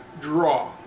draw